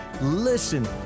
Listen